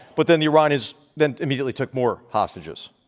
but then the iranians then immediately took more hostages.